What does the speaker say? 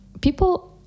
people